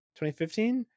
2015